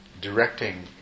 directing